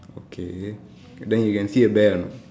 okay then you can see a bear or not